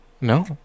No